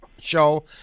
show